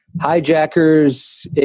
hijackers